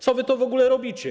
Co wy w ogóle robicie?